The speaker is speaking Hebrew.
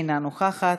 אינה נוכחת,